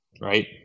right